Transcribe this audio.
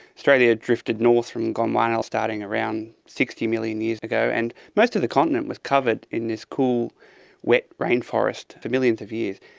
australia drifted north from gondwanaland starting around sixty million years ago, and most of the continent was covered in this cool wet rainforest for millions of years.